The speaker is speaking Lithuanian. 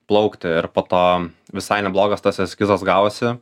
plaukti ir po to visai neblogas tas eskizas gavosi